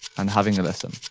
and having a listen.